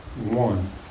one